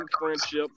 Friendship